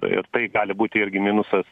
ir tai gali būti irgi minusas